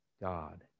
God